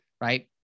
right